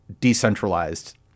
decentralized